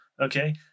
Okay